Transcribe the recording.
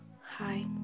Hi